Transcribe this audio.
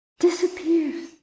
disappears